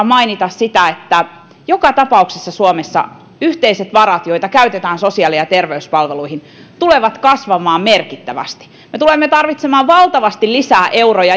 mainita kun joka tapauksessa suomessa niiden yhteisten varojen tarve joita käytetään sosiaali ja terveyspalveluihin tulee kasvamaan merkittävästi me tulemme joka tapauksessa tarvitsemaan valtavasti lisää euroja